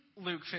Luke